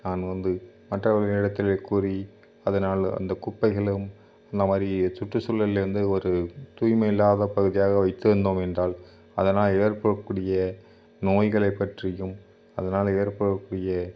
நான் வந்து மற்றவர்களிடத்தில் கூறி அதனால் அந்த குப்பைகளும் நம் அருகே சுற்றுச்சூழலில் இருந்து ஒரு தூய்மை இல்லாத பகுதியாக வைத்திருந்தோம் என்றால் அதனால் ஏற்படக்கூடிய நோய்களை பற்றியும் அதனால் ஏற்படக்கூடிய